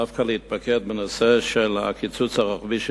דווקא להתמקד בנושא הקיצוץ הרוחבי של